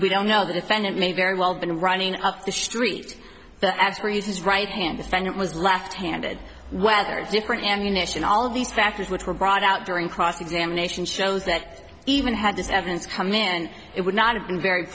we don't know the defendant may very well been running up the street but as raise his right hand defendant was left handed whether different ammunition all of these factors which were brought out during cross examination shows that even had this evidence come in and it would not have been very